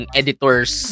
editors